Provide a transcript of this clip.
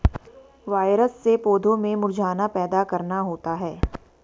virus से पौधों में मुरझाना पैदा करना होता है